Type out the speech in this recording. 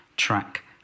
track